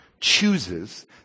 chooses